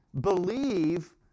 believe